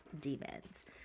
demons